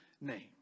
name